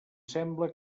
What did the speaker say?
sembla